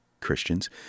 Christians